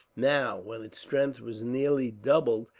now, when its strength was nearly doubled,